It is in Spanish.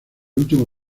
último